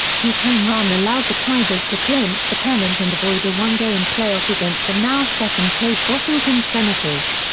his home run allowed the tigers to clinch the pennant and avoid a one-game playoff against the now-second-place washington senators.